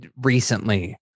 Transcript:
recently